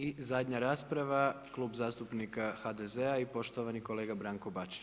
I zadnja rasprava Klub zastupnika HDZ-a i poštovani kolega Branko Bačić.